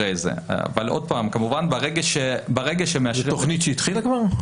זו תכנית שהתחילה כבר?